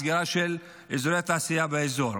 סגירה של אזורי התעשייה באזור.